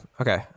Okay